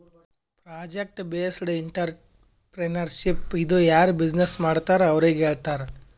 project based entrepreneurship ಇದು ಯಾರು business ಮಾಡ್ತಾರ್ ಅವ್ರಿಗ ಹೇಳ್ತಾರ್